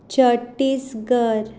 Chhattisgarh